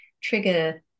trigger